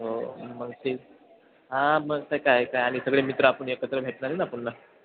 हो मग तर हां मग काय काय आणि सगळे मित्र आपण एकत्र भेटणार आहे ना पुन्हा